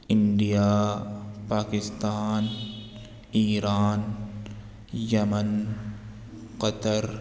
India Pakistan Iran Yemen Qatar